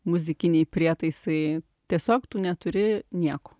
muzikiniai prietaisai tiesiog tu neturi nieko